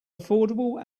affordable